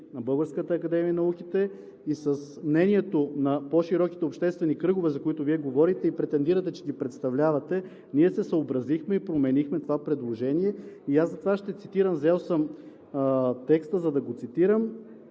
на Българската академия на науките и с мнението на по-широките обществени кръгове, за които Вие говорите, и претендирате, че ги представлявате, ние се съобразихме и променихме това предложение. Аз затова ще цитирам, взел съм текста, за да го цитирам: